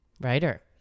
Writer